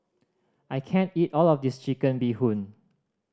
I can't eat all of this Chicken Bee Hoon